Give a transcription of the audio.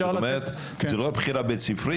זאת אומרת, זו לא רק בחירה בית ספרית.